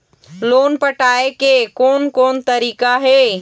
Loan पटाए के कोन कोन तरीका हे?